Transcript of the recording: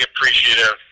appreciative